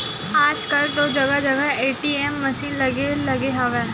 आजकल तो जगा जगा ए.टी.एम मसीन लगे लगे हवय